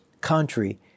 country